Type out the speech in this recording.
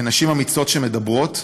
ונשים אמיצות שמדברות,